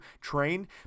train